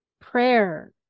prayer